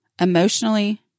emotionally